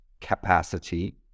capacity